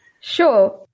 Sure